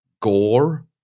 gore